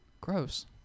Gross